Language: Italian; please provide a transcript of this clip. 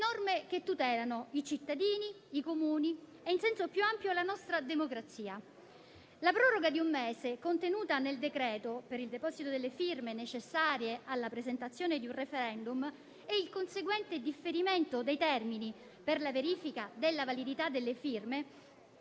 norme che tutelano i cittadini, i Comuni e, in senso più ampio, la nostra democrazia: penso *in primis* alla materia referendaria. La proroga di un mese, contenuta nel decreto-legge, per il deposito delle firme necessarie alla presentazione di un *referendum* e il conseguente differimento dei termini per la verifica della validità delle firme